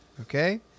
Okay